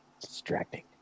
distracting